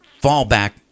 fallback